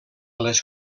les